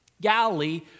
Galilee